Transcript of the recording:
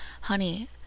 Honey